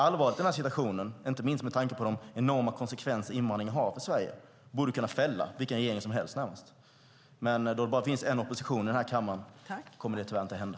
Allvaret i situationen, inte minst med tanke på de enorma konsekvenser invandringen har för Sverige, borde kunna fälla nästan vilken regering som helst. Men eftersom det bara finns en opposition i den här kammaren kommer det tyvärr inte att hända.